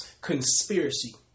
conspiracy